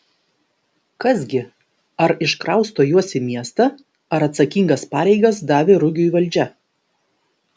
kas gi ar iškrausto juos į miestą ar atsakingas pareigas davė rugiui valdžia